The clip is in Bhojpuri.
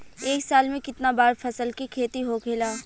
एक साल में कितना बार फसल के खेती होखेला?